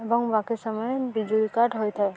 ଏବଂ ବାକି ସମୟ ବିଜୁଳି କାଟ ହୋଇଥାଏ